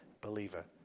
believer